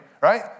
right